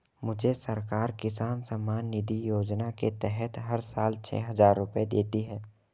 मुझे सरकार किसान सम्मान निधि योजना के तहत हर साल छह हज़ार रुपए देती है